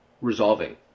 resolving